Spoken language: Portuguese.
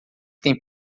tem